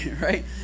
right